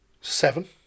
seven